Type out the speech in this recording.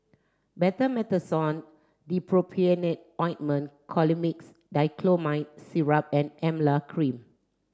Betamethasone Dipropionate Ointment Colimix Dicyclomine Syrup and Emla Cream